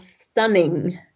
stunning